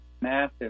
Massive